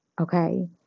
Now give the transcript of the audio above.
okay